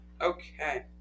Okay